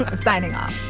ah signing off